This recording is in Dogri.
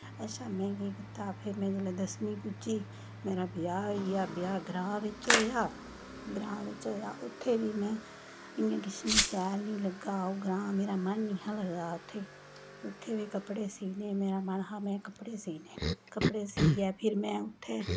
अच्छा में केह् कीता फिर में जेल्लै दसमीं पुज्जी मेरा ब्याह् होइया मेरा ब्याह् ग्रांऽ बिच होया ग्रांऽ बिच होया उ'त्थें बी में इ'यां किश मिगी शैल निं लग्गा ओह् ग्रांऽ मेरा मन नेईं हा लगदा उ'त्थें उ'त्थें बी में कपड़े सीह्ने मेरा मन हा में कपड़े सीह्ने न कपड़े सीयै फिर में उ'त्थें